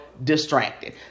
distracted